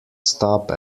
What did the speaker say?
stop